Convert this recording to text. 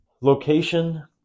Location